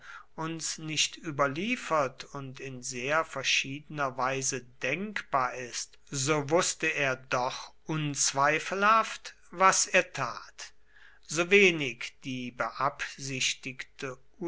uns nicht überliefert und in sehr verschiedener weise denkbar ist so wußte er doch unzweifelhaft was er tat sowenig die beabsichtigte